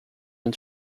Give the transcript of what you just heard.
and